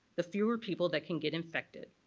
the fewer people that can get infected,